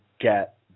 get